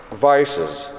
vices